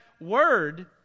word